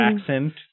accent